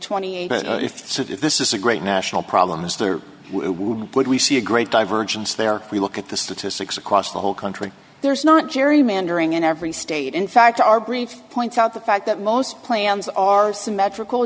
twenty eight cities this is a great national problem is there when we see a great divergence there we look at the statistics across the whole country there's not gerrymandering in every state in fact our brief points out the fact that most plans are symmetrical